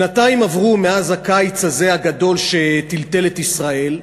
שנתיים עברו מאז הקיץ הזה, הגדול, שטלטל את ישראל,